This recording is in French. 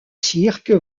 cirque